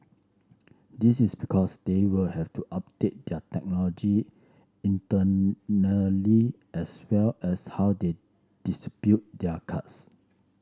this is because they will have to update their technology internally as well as how they dispute their cars